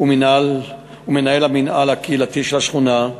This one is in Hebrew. ומנהל המינהל הקהילתי של השכונה,